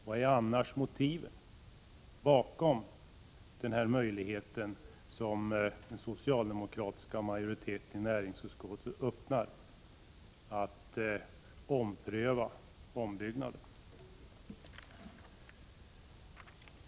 Vad är annars motivet bakom den möjlighet som den socialdemokratiska majoriteten i näringsutskottet öppnar för att ompröva ombyggnaden?